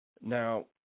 Now